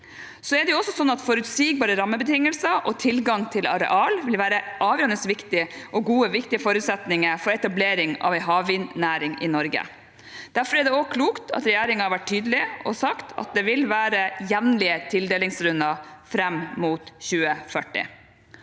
betydelig. Forutsigbare rammebetingelser og tilgang til areal vil også være avgjørende viktig, og gode og viktige forutsetninger for etablering av en havvindnæring i Norge. Derfor er det også klokt at regjeringen har vært tydelig og sagt at det vil være jevnlige tildelingsrunder fram mot 2040.